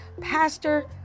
Pastor